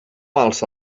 alça